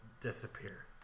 disappear